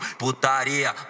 putaria